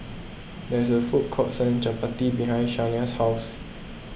there is a food court selling Chapati behind Shania's house